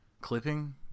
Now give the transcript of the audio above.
Clipping